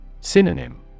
Synonym